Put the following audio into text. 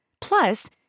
Plus